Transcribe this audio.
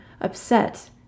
upset